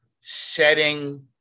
setting